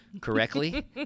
correctly